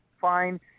Fine